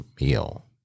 meal